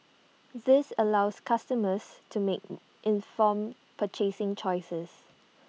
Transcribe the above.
this allows customers to make informed purchasing choices